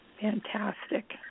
Fantastic